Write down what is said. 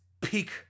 peak